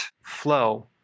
flow